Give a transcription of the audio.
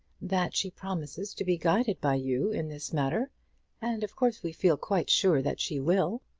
that she promises to be guided by you in this matter and of course we feel quite sure that she will.